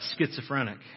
schizophrenic